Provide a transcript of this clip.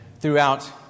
throughout